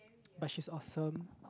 but she's awesome